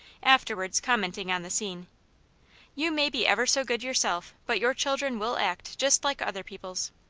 afterwards commenting on the scene you may be ever so good yourself, but your children will act just like other people's.